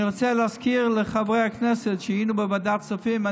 אני רוצה להזכיר לחברי הכנסת שהיינו בוועדת כספים,